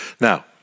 Now